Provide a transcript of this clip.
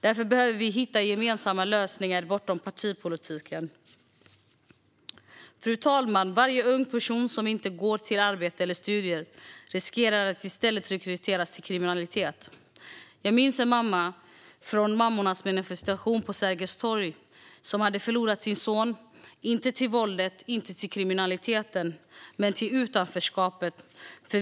Därför behöver vi hitta gemensamma lösningar bortom partipolitiken. Fru talman! Varje ung person som inte går till arbete eller studier riskerar att i stället rekryteras till kriminalitet. Jag minns en mamma från mammornas manifestation på Sergels torg som hade förlorat sin son, inte till våldet, inte till kriminaliteten men till utanförskapet.